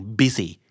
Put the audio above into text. busy